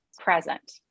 present